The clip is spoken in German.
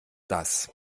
das